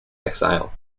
exile